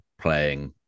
playing